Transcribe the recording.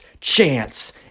chance